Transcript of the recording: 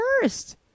first